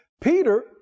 Peter